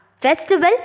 Festival